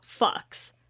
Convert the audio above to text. fucks